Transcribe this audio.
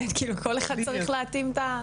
כל אחד צריך להתאים את המזון.